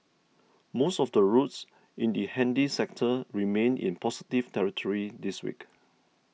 most of the routes in the handy sector remained in positive territory this week